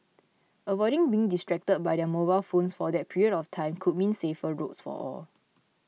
avoiding being distracted by their mobile phones for that period of time could mean safer roads for all